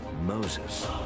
Moses